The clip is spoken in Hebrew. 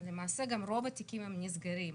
למעשה רוב התיקים נסגרים.